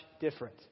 different